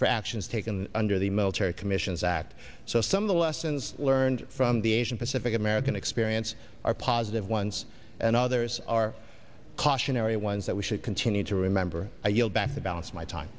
for actions taken under the military commissions act so some of the lessons learned from the asian pacific american experience are positive ones and others are cautionary ones that we should continue to remember i yield back the balance of my time